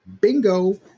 bingo